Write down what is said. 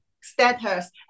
status